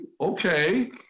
Okay